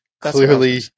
Clearly